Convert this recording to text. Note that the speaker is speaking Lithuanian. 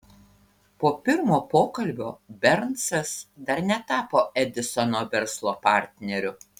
po pirmo pokalbio bernsas dar netapo edisono verslo partneriu